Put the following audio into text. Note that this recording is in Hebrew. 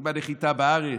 עם הנחיתה בארץ'.